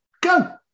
go